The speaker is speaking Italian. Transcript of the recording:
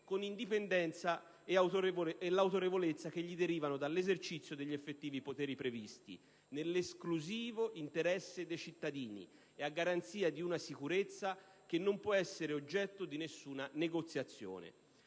con l'indipendenza e l'autorevolezza che derivano loro dall'esercizio degli effettivi poteri previsti, nell'esclusivo interesse dei cittadini e a garanzia di una sicurezza che non può essere oggetto di nessuna negoziazione.